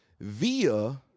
Via